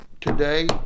today